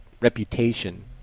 reputation